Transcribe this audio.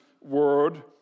word